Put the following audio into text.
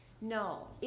No